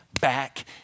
back